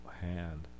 hand